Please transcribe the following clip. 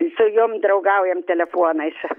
su jom draugaujam telefonais